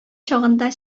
чагында